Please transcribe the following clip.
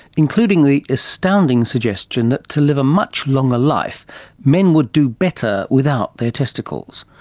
including the astounding suggestion that to live a much longer life men would do better without their testicles.